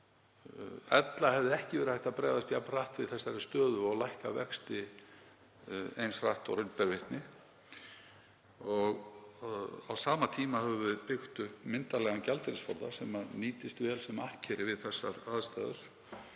ella hefði ekki verið hægt að bregðast hratt við þessari stöðu og lækka vexti eins hratt og raun ber vitni. Á sama tíma höfum við byggt upp myndarlegan gjaldeyrisforða sem nýtist vel sem akkeri við þessar aðstæður